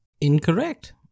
Incorrect